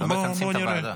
לא מכנסים את הוועדה.